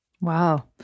Wow